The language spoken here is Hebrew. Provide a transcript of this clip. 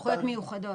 סמכויות מיוחדות.